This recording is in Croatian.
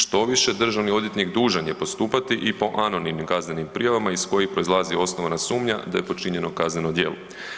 Štoviše, državni odvjetnik dužan je postupati i po anonimnim kaznenim prijavama iz kojih proizlazi osnovna sumnja da je počinjeno kazneno djelo.